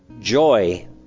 joy